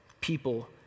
people